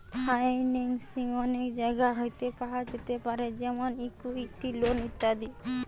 financing অনেক জায়গা হইতে পাওয়া যেতে পারে যেমন ইকুইটি, লোন ইত্যাদি